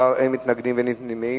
בעד, 18, אין מתנגדים ואין נמנעים.